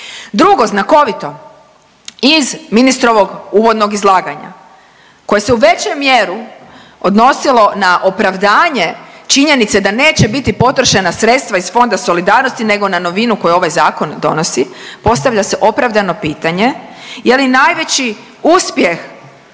Drugo znakovito iz ministrovog uvodnog izlaganja koje se u veću mjeru odnosilo na opravdanje činjenice da neće biti potrošena sredstva iz Fonda solidarnosti nego na novinu koju ovaj zakon donosi, postavlja se opravdano pitanje, je li najveći uspjeh